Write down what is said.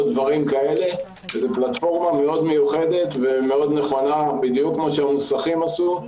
וזה פלטפורמה מאוד מיוחדת ומאוד נכונה בדיוק כמו שהמוסכים עשו.